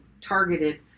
targeted